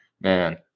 man